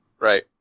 Right